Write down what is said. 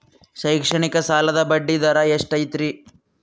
ಶೈಕ್ಷಣಿಕ ಸಾಲದ ಬಡ್ಡಿ ದರ ಎಷ್ಟು ಐತ್ರಿ?